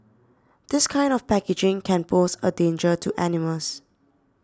this kind of packaging can pose a danger to animals